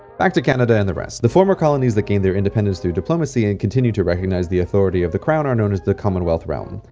back to canada and the rest. the former colonies that gained their independence through diplomacy, and continue to recognize the of the crown, are known as the commonwealth realm.